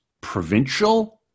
provincial